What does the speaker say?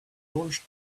launched